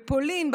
בפולין,